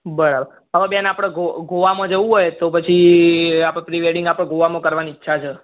બરા હવે બેન આપણે ગો ગોવામાં જવું હોય તો પછી પ્રી વેડિંગ આપણે ગોવામાં કરવાની ઈચ્છા છે